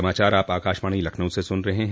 यह समाचार आप आकाशवाणी लखनऊ से सून रहे हैं